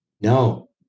No